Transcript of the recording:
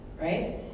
right